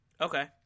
Okay